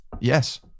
Yes